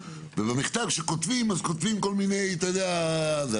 ובמכתב שכותבים אז כותבים כל מיני אתה יודע זה,